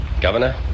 Governor